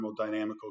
thermodynamical